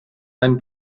ein